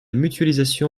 mutualisation